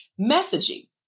messaging